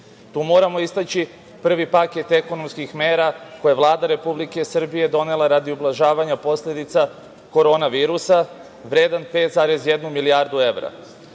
moramo istaći prvi paket ekonomskih mera koje je Vlada Republike Srbije donela radi ublažavanja posledica korona virusa vredan 5,1 milijardu evra,